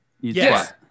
Yes